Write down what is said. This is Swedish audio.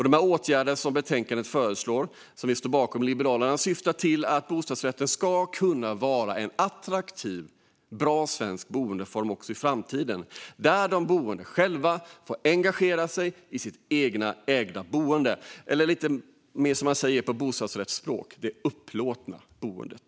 De åtgärder som föreslås i betänkandet och som Liberalerna står bakom syftar till att bostadsrätten ska vara en attraktiv, bra svensk boendeform också i framtiden. Där ska de boende själva kunna engagera sig i sitt eget ägda boende eller, som man säger på bostadsrättsspråk, det upplåtna boendet.